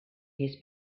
his